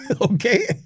Okay